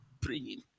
praying